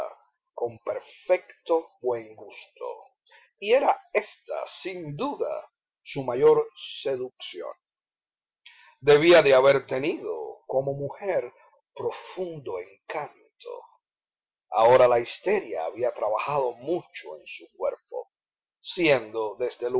con perfecto buen gusto y era ésta sin duda su mayor seducción debía de haber tenido como mujer profundo encanto ahora la histeria había trabajado mucho su cuerpo siendo desde